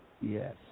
Yes